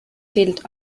fehlt